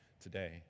today